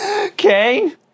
Okay